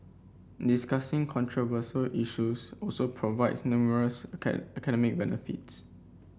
discussing controversial issues also provides numerous academic benefits